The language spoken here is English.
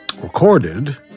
recorded